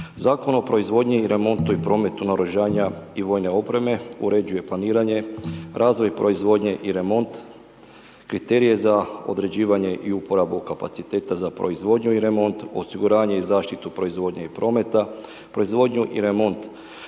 Zakon o proizvodnji i remontu i prometu naoružanja i vojne opreme uređuje planiranje, razvoj proizvodnje i remont, kriterije za određivanje i uporabu kapaciteta za proizvodnju i remont, osiguranje i zaštitu proizvodnje i prometa, proizvodnju i remont